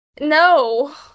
No